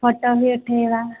photo ବି ଉଠାଇବା